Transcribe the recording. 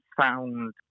sound